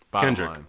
Kendrick